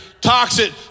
toxic